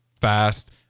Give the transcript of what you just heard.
fast